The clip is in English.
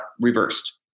reversed